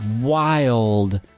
wild